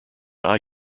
eye